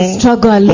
struggle